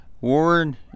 Warren